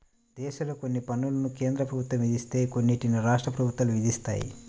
దేశంలో కొన్ని పన్నులను కేంద్ర ప్రభుత్వం విధిస్తే కొన్నిటిని రాష్ట్ర ప్రభుత్వాలు విధిస్తాయి